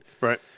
Right